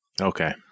Okay